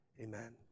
amen